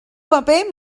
paper